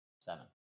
seven